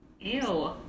Ew